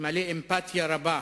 מלא אמפתיה רבה